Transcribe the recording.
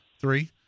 three